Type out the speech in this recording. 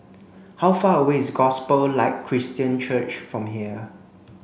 how far away is Gospel Light Christian Church from here